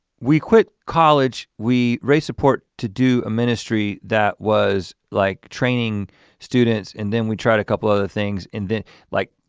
we quit college, we raise support to do a ministry that was like training students and then we tried a couple of things. and then like.